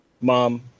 mom